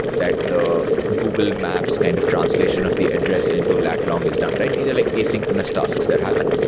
that the google maps kind of translation of the address into a lat long is done? these are like asynchronous tasks that happen.